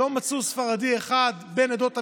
לא מצאו ספרדי אחד, בן עדות המזרח,